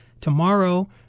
Tomorrow